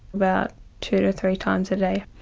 about two to three times a day.